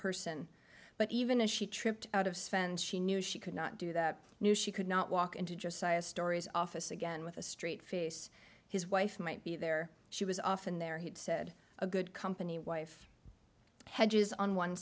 person but even if she tripped out of spend she knew she could not do that knew she could not walk into josiah stories office again with a straight face his wife might be there she was often there he said a good company wife hedges on one